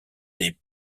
des